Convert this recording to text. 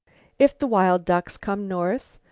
if the wild ducks come north,